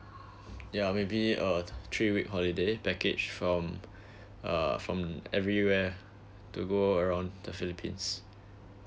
ya maybe uh three week holiday package from uh from everywhere to go around the philippines